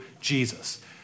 Jesus